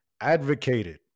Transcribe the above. advocated